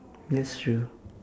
that's true